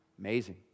Amazing